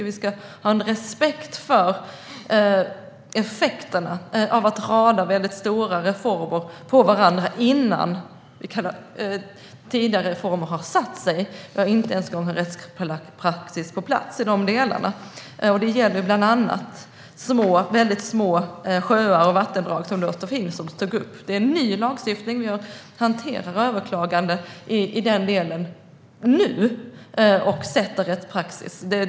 Vi ska ha respekt för effekterna av att rada stora reformer på varandra innan tidigare reformer har satt sig. Vi har inte ens någon rättspraxis på plats i dessa delar. Det gäller bland annat väldigt små sjöar och vattendrag, vilket Lotta Finstorp tog upp. Det här är ny lagstiftning, och vi hanterar överklaganden när det gäller detta just nu och fastlägger därmed rättspraxis.